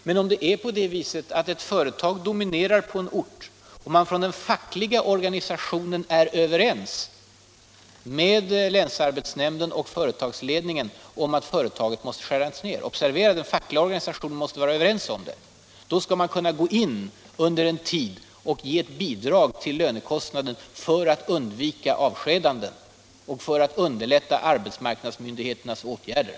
Men om det är så, att ett företag dominerar på en ort och man inom den fackliga organisationen är överens med länsarbetsnämnden och företagsledningen om att företaget måste skäras ner — observera att den fackliga organisationen måste vara överens med företagsledningen om detta — skall man under en tid kunna gå in och ge ett bidrag till lönekostnaden för att undvika avskedanden och för att underlätta arbetsmarknadsmyndigheternas åtgärder.